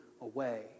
away